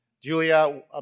Julia